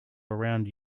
around